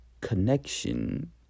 connection